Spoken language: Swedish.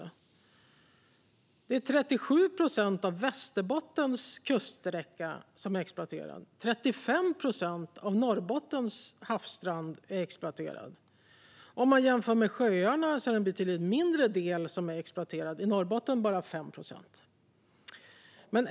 Men det är 37 procent av Västerbottens kuststräcka som är exploaterad, och 35 procent av Norrbottens havsstrand är exploaterad. Om man jämför med sjöarna är det där en betydligt mindre del som är exploaterad - i Norrbotten är det bara 5 procent.